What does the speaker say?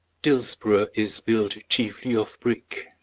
dillsborough is built chiefly of brick,